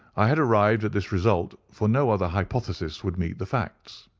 i had arrived at this result, for no other hypothesis would meet the facts.